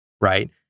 Right